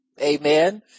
Amen